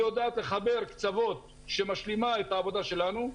יודעת לחבר קצוות שמשלימים את העבודה שלנו.